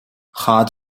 hart